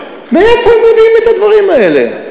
מאיפה הם מביאים את הדברים האלה?